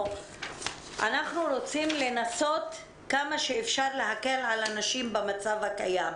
אנחנו רוצים לנסות כמה שאפשר להקל על הנשים במצב הקיים.